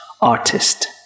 artist